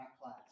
class